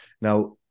Now